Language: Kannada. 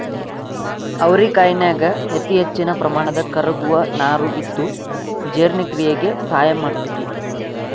ಅವರಿಕಾಯನ್ಯಾಗ ಅತಿಹೆಚ್ಚಿನ ಪ್ರಮಾಣದ ಕರಗುವ ನಾರು ಇದ್ದು ಜೇರ್ಣಕ್ರಿಯೆಕ ಸಹಾಯ ಮಾಡ್ತೆತಿ